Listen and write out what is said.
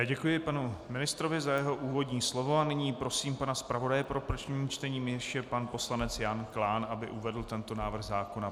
Děkuji panu ministrovi za jeho úvodní slovo a nyní prosím pana zpravodaje pro první čtení, jímž je pan poslanec Jan Klán, aby uvedl tento návrh zákona.